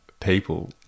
people